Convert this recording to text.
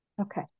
Okay